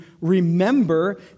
remember